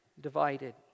divided